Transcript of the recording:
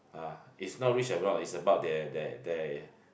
ah it's not rich or not it's about their their their